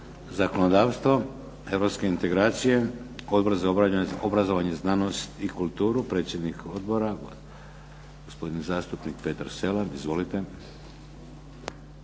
Zakonodavstvo? Europske integracije? Odbor za obrazovanje, znanost i kulturu, predsjednik Odbora gospodin zastupnik Petar Selem. Izvolite.